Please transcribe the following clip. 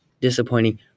disappointing